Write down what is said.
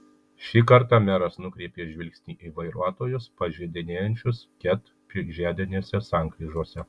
šį kartą meras nukreipė žvilgsnį į vairuotojus pažeidinėjančius ket žiedinėse sankryžose